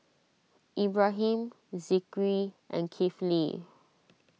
Ibrahim Zikri and Kifli